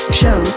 show